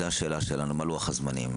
זו השאלה שלנו, מה לוח הזמנים.